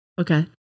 Okay